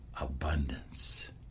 abundance